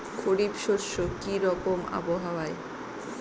খরিফ শস্যে কি রকম আবহাওয়ার?